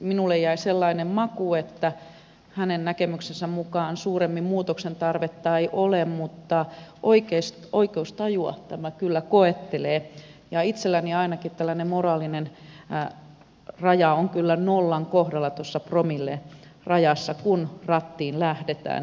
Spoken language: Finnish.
minulle jäi sellainen maku että hänen näkemyksensä mukaan suuremmin muutoksen tarvetta ei ole mutta oikeustajua tämä kyllä koettelee ja itselläni ainakin tällainen moraalinen raja on kyllä nollan kohdalla tuossa promillerajassa kun rattiin lähdetään